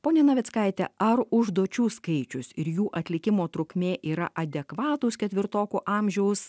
ponia navickaite ar užduočių skaičius ir jų atlikimo trukmė yra adekvatūs ketvirtokų amžiaus